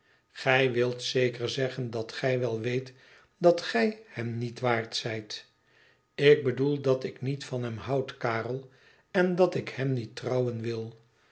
gij wilt zeker zeggen dat gij wel weet dat gij hem niet waard zijt ik bedoel dat ik niet van hem houd karel en dat ik hem niet trouwen wil